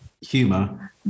humor